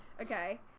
Okay